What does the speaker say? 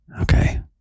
Okay